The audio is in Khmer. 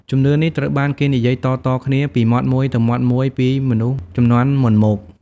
ជំនឿនេះត្រូវបានគេនិយាយតៗគ្នាពីមាត់មួយទៅមាត់មួយពីមនុស្សជំនាន់មុនមក។